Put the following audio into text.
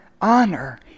honor